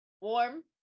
warm